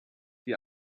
die